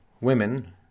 women